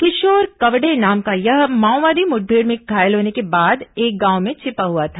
किशोर कवडे नाम का यह माओवादी मुठभेड़ में घायल होने के बाद एक गांव में छिपा हुआ था